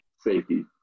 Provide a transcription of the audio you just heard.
Safety